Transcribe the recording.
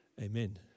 Amen